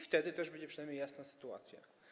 Wtedy też będzie przynajmniej jasna sytuacja.